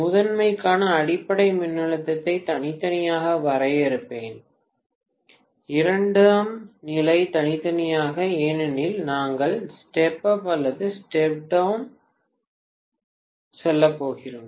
முதன்மைக்கான அடிப்படை மின்னழுத்தத்தை தனித்தனியாக வரையறுப்போம் இரண்டாம் நிலைக்கு தனித்தனியாக ஏனெனில் நாங்கள் ஸ்டெப் அப் அல்லது ஸ்டெப் டவுன் செல்லப் போகிறோம்